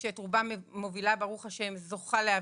כשאת רובם זוכה להוביל,